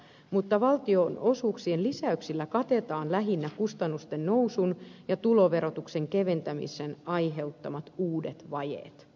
mutta valtionosuuksien lisäyksillä katetaan lähinnä kustannusten nousun ja tuloverotuksen keventämisen aiheuttamat uudet vajeet